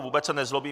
Vůbec se nezlobím.